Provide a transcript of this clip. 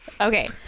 Okay